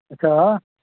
اچھا آ